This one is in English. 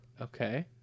Okay